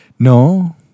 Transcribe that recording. No